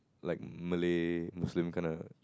like Malay Muslim kind a